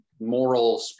moral